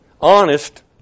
honest